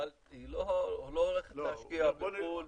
אבל היא לא הולכת להשקיע בחו"ל.